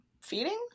Feeding